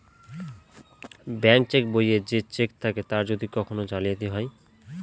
bank cheque বইয়ে যে cheque থাকে তার যদি কখন জালিয়াতি হয়